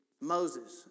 Moses